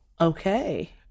Okay